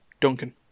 Duncan